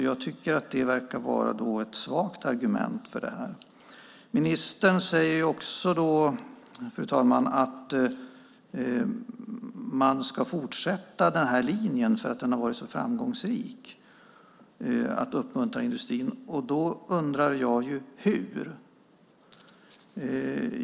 Jag tycker att det verkar vara ett svagt argument för detta. Ministern säger också att man ska fortsätta denna linje - att uppmuntra industrin - därför att den har varit så framgångsrik. Då undrar jag hur man ska göra det.